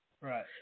right